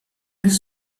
this